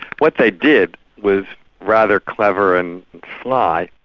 what they did was rather clever and sly.